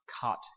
cut